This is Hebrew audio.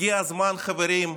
הגיע הזמן, חברים,